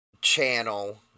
Channel